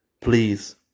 please